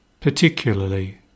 particularly